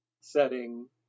setting